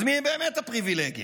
אז מיהם באמת הפריבילגים?